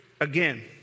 again